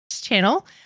channel